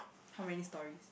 how many stories